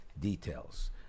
details